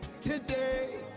today